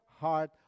heart